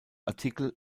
artikel